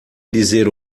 dizer